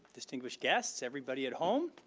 distinguished guests. everybody at home.